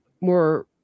more